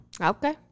Okay